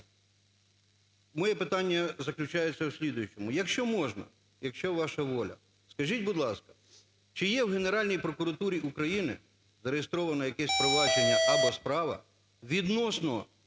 Моє питання заключається в слідуючому. Якщо можна, якщо ваша воля, скажіть, будь ласка, чи є в Генеральній прокуратурі України зареєстроване якесь провадження або справа відносно